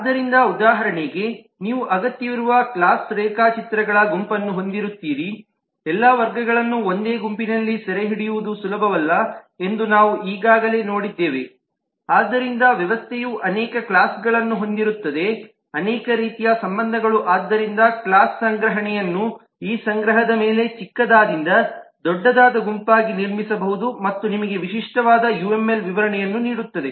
ಆದ್ದರಿಂದ ಉದಾಹರಣೆಗೆ ನೀವು ಅಗತ್ಯವಿರುವ ಕ್ಲಾಸ್ ರೇಖಾಚಿತ್ರಗಳ ಗುಂಪನ್ನು ಹೊಂದಿರುತ್ತೀರಿ ಎಲ್ಲಾ ವರ್ಗಗಳನ್ನು ಒಂದೇ ಗುಂಪಿನಲ್ಲಿ ಸೆರೆಹಿಡಿಯುವುದು ಸುಲಭವಲ್ಲ ಎಂದು ನಾವು ಈಗಾಗಲೇ ನೋಡಿದ್ದೇವೆ ಆದ್ದರಿಂದ ವ್ಯವಸ್ಥೆಯು ಅನೇಕ ಕ್ಲಾಸ್ಗಳನ್ನು ಹೊಂದಿರುತ್ತದೆ ಅನೇಕ ರೀತಿಯ ಸಂಬಂಧಗಳು ಆದ್ದರಿಂದ ಕ್ಲಾಸ್ ಸಂಗ್ರಹಣೆಯನ್ನು ಈ ಸಂಗ್ರಹದ ಮೇಲೆ ಚಿಕ್ಕದಾದಿಂದ ದೊಡ್ಡದಾದ ಗುಂಪಾಗಿ ನಿರ್ಮಿಸಬಹುದು ಮತ್ತು ನಿಮಗೆ ವಿಶಿಷ್ಟವಾದ ಯುಎಂಎಲ್ ವಿವರಣೆಯನ್ನು ನೀಡುತ್ತದೆ